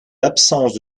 l’absence